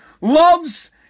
loves